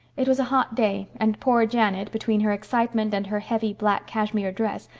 it was a hot day, and poor janet, between her excitement and her heavy black cashmere dress,